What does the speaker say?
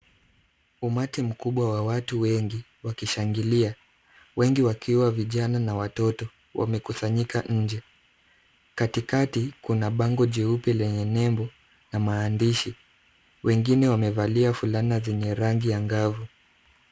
Umati mkubwa wa watu wengi wakishangilia. Wengi wakiwa vijana na watoto wamekusanyika nje. Katikati, kuna bango jeupe lenye nembo na maandishi. Wengine wamevalia fulana zenye rangi angavu.